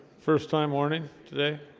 first time warning today